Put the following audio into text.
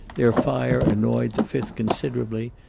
their fire annoyed the fifth considerably,